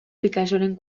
picassoren